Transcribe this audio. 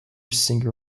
singer